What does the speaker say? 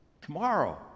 Tomorrow